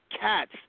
cats